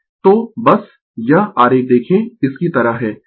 तो बस यह आरेख देखें इसकी तरह है